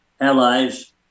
allies